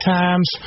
times